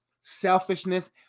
selfishness